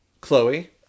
Chloe